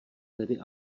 tedy